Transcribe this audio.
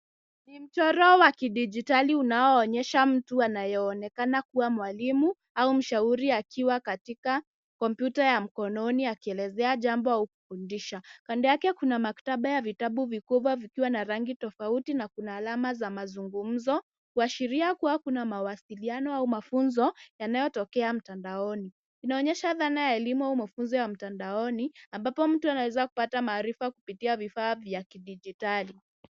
Ni mchoro wa kidijitali unaoonyesha mtu anayoonekana kuwa mwalimu au mshauri akiwa katika kompyuta ya mkononi akielezea jambo au kufundisha. Kando yake kuna maktaba ya vitabu vikubwa vikiwa na rangi tofauti na kuna alama za mazungumzo kuashiria kuwa kuna mawasiliano au mafunzo yanayotokea mtandaoni. Inaonyesha dhana ya elimu au mafunzo ya mtandaoni ambapo mtu anaweza kupata maarifa kupitia vifaa vya kidijitali.